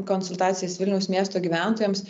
konsultacijas vilniaus miesto gyventojams